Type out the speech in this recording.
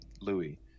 Louis